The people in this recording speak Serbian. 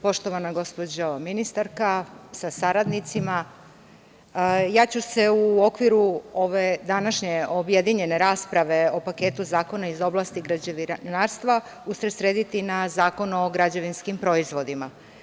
Poštovana gospođo ministar sa saradnicima, ja ću se u okviru ove današnje objedinjene rasprave o paketu zakona iz oblasti građevinarstva, usredsrediti na Zakon o građevinskim proizvodima.